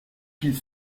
qu’il